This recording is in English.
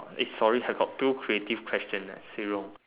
eh sorry I got two creative question leh see wrong